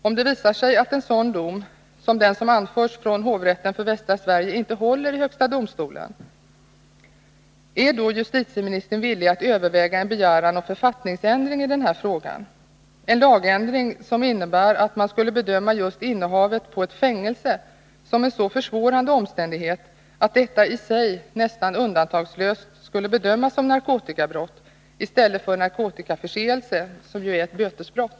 Om det visar sig att en dom, som den som anförs från hovrätten för Västra Sverige, inte håller i högsta domstolen, är då justitieministern villig att överväga en begäran om författningsändring i den här frågan — en lagändring som innebär att man skulle bedöma just innehavet av narkotika i ett fängelse som en så försvårande omständighet att detta i sig nästan undantagslöst skulle bedömas som narkotikabrott i stället för narkotikaförseelse, som ju är ett bötesbrott?